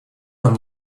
нам